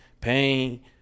pain